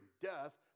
death